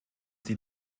sie